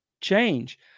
change